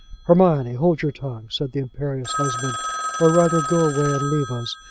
hermione, hold your tongue, said the imperious husband or, rather, go away and leave us.